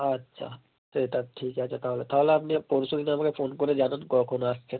আচ্ছা সেটা ঠিক আছে তাহলে তাহলে আপনি পরশু দিন আমাকে ফোন করে জানান কখন আসছেন